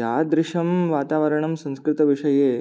यादृशं वातावरणं संस्कृतविषये